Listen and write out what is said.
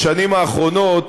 בשנים האחרונות,